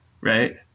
right